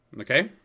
okay